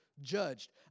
judged